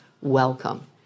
Welcome